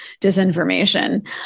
disinformation